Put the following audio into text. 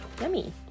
Yummy